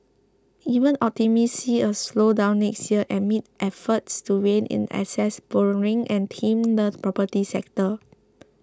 even optimists see a slowdown next year amid efforts to rein in excess borrowing and tame the property sector